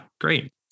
great